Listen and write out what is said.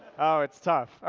ah it's tough.